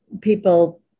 people